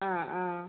ആ ആ